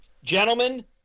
Gentlemen